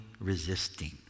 resisting